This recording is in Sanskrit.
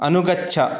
अनुगच्छ